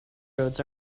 roads